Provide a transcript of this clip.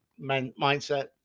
mindset